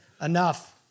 Enough